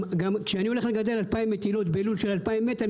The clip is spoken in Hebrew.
גם כשאני הולך לגדל 2,000 מטילות בלול של 2,000 מטר,